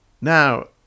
Now